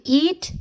eat